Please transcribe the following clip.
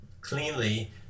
cleanly